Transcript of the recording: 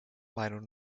meinung